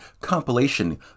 compilation